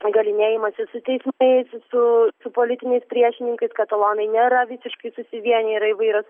galynėjimasis su teismais su politiniais priešininkais katalonai nėra visiškai susivieniję yra įvairios